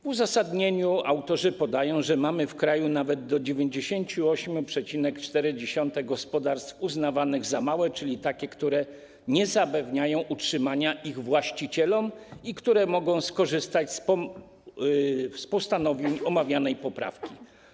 W uzasadnieniu autorzy podają, że mamy w kraju nawet do 98,4% gospodarstw uznawanych za małe, czyli takie, które nie zapewniają utrzymania ich właścicielom i które mogą skorzystać z postanowień omawianej poprawki.